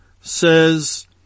says